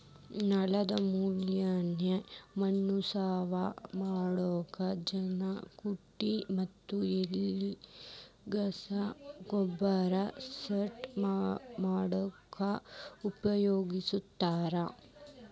ನೆಲದ ಮ್ಯಾಲಿನ ಮಣ್ಣ ಸವಾ ಮಾಡೋ ಜಂತ್ ಕುಂಟಿ ಮತ್ತ ಎಲಿಗಸಾ ಗೊಬ್ಬರ ಸಡ್ಲ ಮಾಡಾಕ ಉಪಯೋಗಸ್ತಾರ